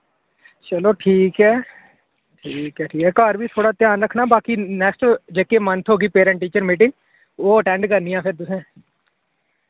चलो ठीक ऐ ठीक ऐ ठीक ऐ घर बी थोह्ड़ा ध्यान रक्खना बाकी नैक्सट जेह्के मंथ होगी पेरैंट टीचर मीटिंग ओह् अटैंड करनी असें तुसें